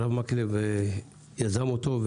הרב מקלב יזם אותו,